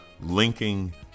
linking